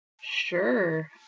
Sure